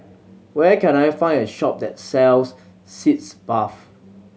where can I find a shop that sells Sitz Bath